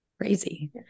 crazy